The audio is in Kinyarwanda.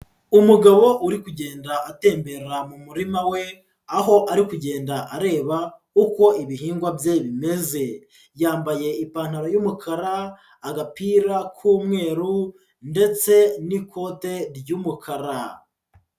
Umugabo uri kugenda atembera mu murima we, aho ari kugenda areba uko ibihingwa bye bimeze, yambaye ipantaro y'umukara, agapira k'umweru, ndetse n'ikote ry'umukara.